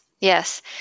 yes